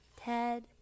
Ted